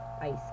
ice